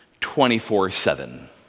24-7